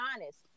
honest